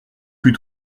plus